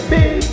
Big